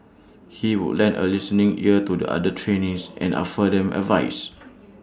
he would lend A listening ear to the other trainees and offer them advice